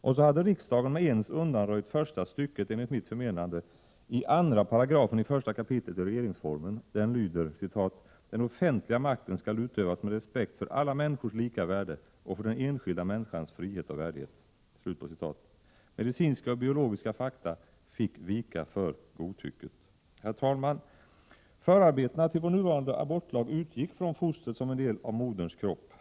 Och så hade riksdagen enligt mitt förmenande med ens undanröjt första stycket i 2 § 1 kap. i regeringsformen. Den lyder: ”Den offentliga makten skall utövas med respekt för alla människors lika värde och för den enskilda människans frihet och värdighet.” Medicinska och biologiska fakta fick vika för godtycket. Herr talman! Förarbetena till vår nuvarande abortlag utgick från fostret som en del av moderns kropp.